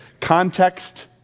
context